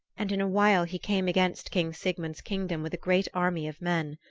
and in a while he came against king sigmund's kingdom with a great army of men.